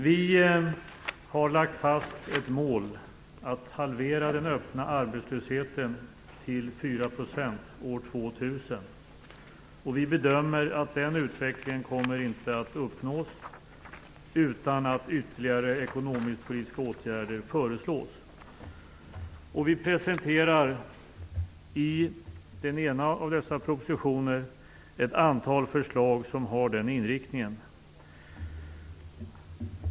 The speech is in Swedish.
Vi har lagt fast ett mål att halvera den öppna arbetslösheten till 4 % år 2000. Vi bedömer att den utvecklingen inte kommer att uppnås utan att ytterligare ekonomisk-politiska åtgärder föreslås. Vi presenterar i den ena av de två propositionerna ett antal förslag som har den inriktningen.